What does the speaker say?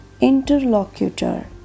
Interlocutor